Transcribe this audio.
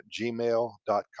Gmail.com